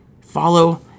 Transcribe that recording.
Follow